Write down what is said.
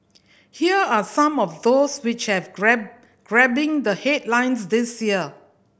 here are some of those which have grab grabbing the headlines this year